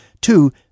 Two